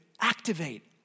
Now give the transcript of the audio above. activate